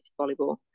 volleyball